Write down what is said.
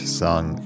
sung